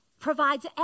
provides